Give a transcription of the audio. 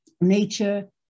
nature